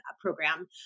program